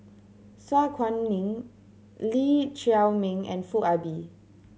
Su Guaning Lee Chiaw Meng and Foo Ah Bee